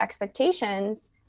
expectations